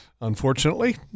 unfortunately